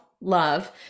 love